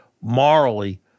morally